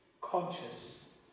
conscious